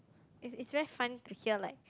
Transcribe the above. it's it's very fun to hear like